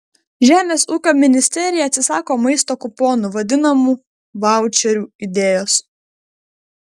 žemės ūkio ministerija atsisako maisto kuponų vadinamų vaučerių idėjos